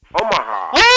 Omaha